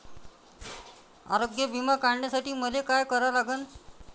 आरोग्य बिमा काढासाठी मले काय करा लागन?